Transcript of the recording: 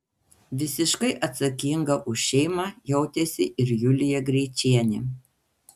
visiškai atsakinga už šeimą jautėsi ir julija greičienė